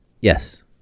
Yes